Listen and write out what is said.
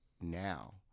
now